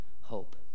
hope